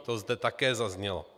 To zde také zaznělo.